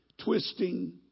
twisting